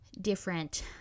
different